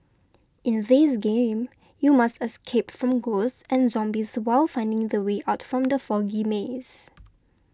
in this game you must escape from ghosts and zombies while finding the way out from the foggy maze